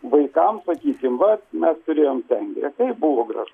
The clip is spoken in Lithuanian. vaikams sakysim vat mes turėjom sengirę kaip buvo gražu